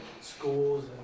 schools